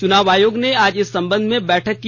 चुनाव आयोग ने आज इस संबंध में बैठक की